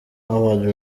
award